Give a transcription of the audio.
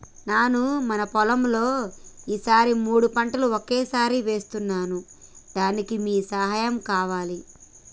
నాను మన పొలంలో ఈ సారి మూడు పంటలు ఒకేసారి వేస్తున్నాను దానికి మీ సహాయం కావాలి